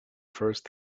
first